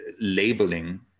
labeling